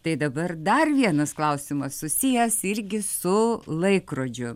tai dabar dar vienas klausimas susijęs irgi su laikrodžiu